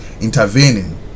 intervening